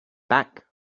back